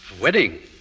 Wedding